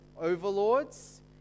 overlords